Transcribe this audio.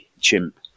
chimp